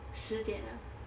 十点 ah